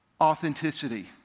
authenticity